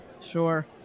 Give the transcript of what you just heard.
Sure